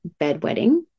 bedwetting